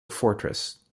fortress